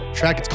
track